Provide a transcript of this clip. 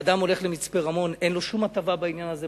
אדם הולך למצפה-רמון, אין לו שום הטבה בעניין הזה.